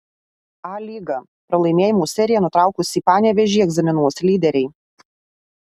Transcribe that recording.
a lyga pralaimėjimų seriją nutraukusį panevėžį egzaminuos lyderiai